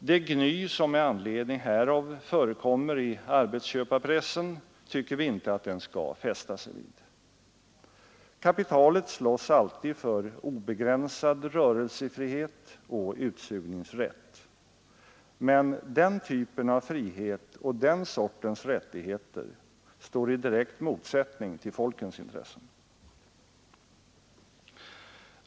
Det gny som med anledning därav förekommer i arbetsköparpressen tycker vi inte att regeringen skall fästa sig vid. Kapitalet slåss alltid för obegränsad rörelsefrihet och utsugningsrätt, men den typen av frihet och den sortens rättigheter står i direkt motsättning till folkens intressen.